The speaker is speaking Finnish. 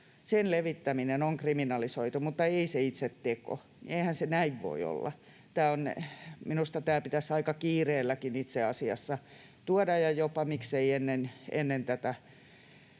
kuvan levittäminen on kriminalisoitu, mutta ei se itse teko — eihän se näin voi olla. Minusta tämä pitäisi aika kiireelläkin itse asiassa tuoda ja miksei jopa ennen tätä